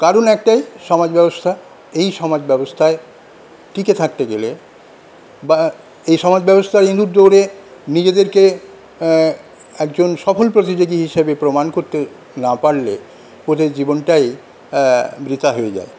কারণ একটাই সমাজব্যবস্থা এই সমাজব্যবস্থায় টিকে থাকতে গেলে বা এই সমাজব্যবস্থায় ইঁদুর দৌড়ে নিজেদেরকে একজন সফল প্রতিযোগী হিসাবে প্রমান করতে না পারলে ওদের জীবনটাই বৃথা হয়ে যায়